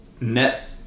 net